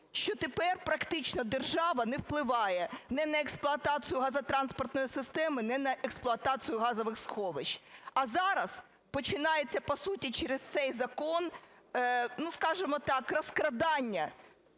що тепер практично держава не впливає ні на експлуатацію газотранспортної системи, ні на експлуатацію газових сховищ. А зараз починається по суті через цей закон, скажімо так, розкрадання